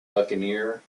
buccaneer